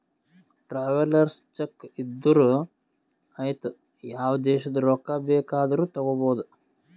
travellers cheque ಇದ್ದೂರು ಐಯ್ತ ಯಾವ ದೇಶದು ರೊಕ್ಕಾ ಬೇಕ್ ಆದೂರು ತಗೋಬೋದ